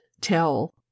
tell